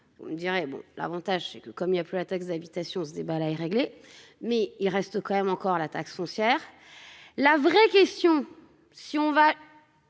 On dirait bon l'avantage c'est que comme il y a plus la taxe d'habitation ce débat là est réglé mais il reste quand même encore la taxe foncière. La vraie question, si on va